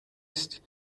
است